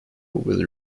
will